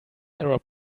error